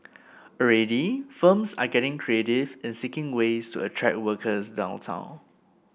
already firms are getting creative in seeking ways to attract workers downtown